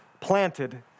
Planted